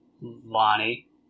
Lonnie